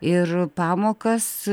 ir pamokas